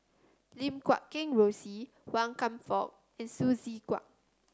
Lim Guat Kheng Rosie Wan Kam Fook and Hsu Tse Kwang